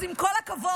אז עם כל הכבוד,